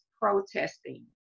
protesting